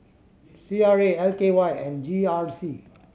C R A L K Y and G R C